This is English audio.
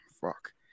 Fuck